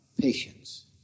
patience